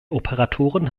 operatoren